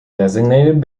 designated